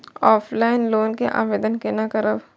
Offline loan के आवेदन केना करब?